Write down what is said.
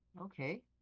Okay